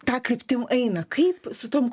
ta kryptim eina kaip su tom